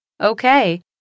Okay